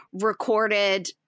recorded